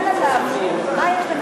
תן להם להעביר, מה יש?